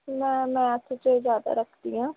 ਮੈਂ ਮੈਥ 'ਚ ਜ਼ਿਆਦਾ ਰੱਖਦੀ ਹਾਂ